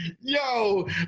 Yo